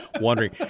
wondering